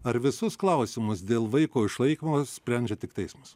ar visus klausimus dėl vaiko išlaikymo sprendžia tik teismas